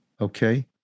okay